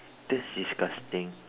that's disgusting